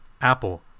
Apple